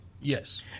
Yes